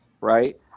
right